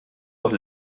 doch